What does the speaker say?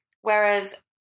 Whereas